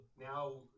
now